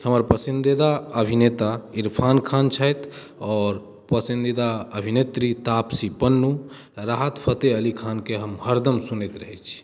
हम पसन्दीदा अभिनेता इरफान खान छथि आओर पसन्दीदा अभिनेत्री तापसी पन्नू राहत फतेह अली खानके हम हरदम सुनैत रहै छी